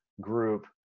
group